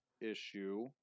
issue